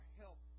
help